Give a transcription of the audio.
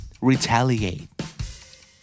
Retaliate